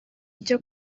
ibyo